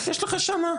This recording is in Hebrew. יש לך שנה.